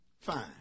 fine